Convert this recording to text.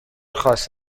خاص